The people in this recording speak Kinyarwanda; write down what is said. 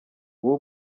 wowe